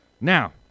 Now